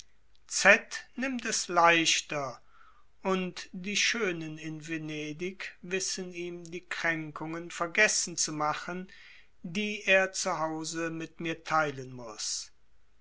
nimmt es leichter und die schönen in venedig wissen ihm die kränkungen vergessen zu machen die er zu hause mit mir teilen muß